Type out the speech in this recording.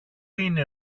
είναι